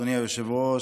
אדוני היושב-ראש,